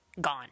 gone